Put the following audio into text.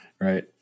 Right